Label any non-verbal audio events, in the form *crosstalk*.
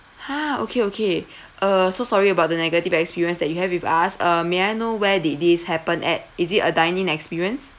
ha okay okay *breath* uh so sorry about the negative experience that you have with us uh may I know where did this happen at is it a dine in experience